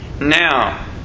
Now